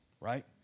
right